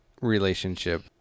relationship